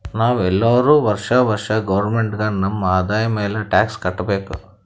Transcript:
ನಾವ್ ಎಲ್ಲೋರು ವರ್ಷಾ ವರ್ಷಾ ಗೌರ್ಮೆಂಟ್ಗ ನಮ್ ಆದಾಯ ಮ್ಯಾಲ ಟ್ಯಾಕ್ಸ್ ಕಟ್ಟಬೇಕ್